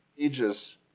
ages